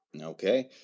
Okay